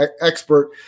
expert